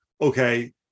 okay